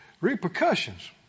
repercussions